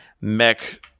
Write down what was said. mech